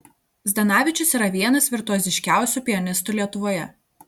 zdanavičius yra vienas virtuoziškiausių pianistų lietuvoje